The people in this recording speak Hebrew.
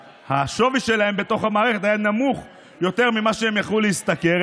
השווי שלהם בתוך המערכת היה נמוך יותר מכפי שהם יכלו להשתכר.